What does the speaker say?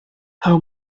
how